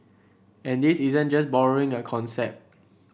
and this isn't just borrowing a concept